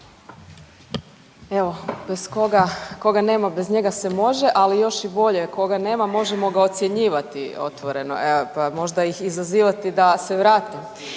Evo koga nema bez njega se može, ali još i bolje, koga nema možemo ga ocjenjivati otvoreno pa možda ih izazivati da se vrati.